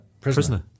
Prisoner